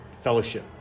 fellowship